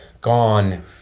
gone